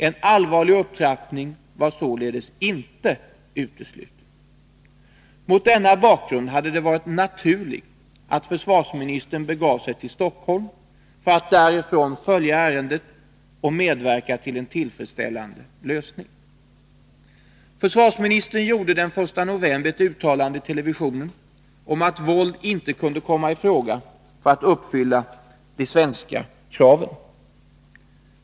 En allvarlig upptrappning var således inte utesluten. Mot denna bakgrund hade det varit naturligt att försvarsministern begav sig till Stockholm för att därifrån följa ärendet och medverka till en tillfredsställande lösning. Försvarsministern gjorde den 1 november ett uttalande i televisionen om att våld inte kunde komma i fråga när det gällde att få de svenska kraven uppfyllda.